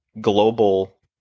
global